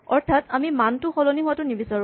অৰ্থাৎ আমি মানটো সলনি হোৱাটো নিবিচাৰোঁ